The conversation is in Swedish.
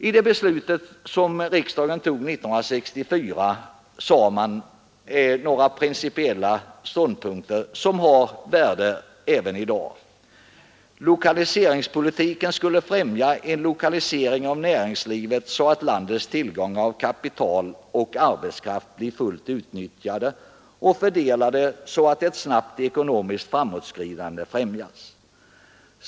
I det beslut som riksdagen tog år 1964 intogs några principiella ståndpunkter, som har värde även i dag. Lokaliseringspolitiken skulle främja en lokalisering av näringslivet så att landets tillgångar av kapital och arbetskraft blev fullt utnyttjade och fördelade så att ett snabbt ekonomiskt framåtskridande skulle främjas.